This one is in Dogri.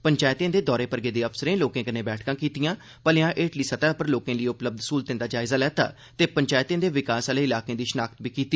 पंचैतें दे दौरे पर गेदे अफसरें लोकें कन्नै बैठकां कीतीआं भलेआं हेठली सतह उप्पर लोकें लेई उपलब्य स्हूलतें दा जायजा लैता ते पंचैतें दे विकास आह्ले इलाकें दी शिनाख्त बी कीती